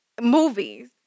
movies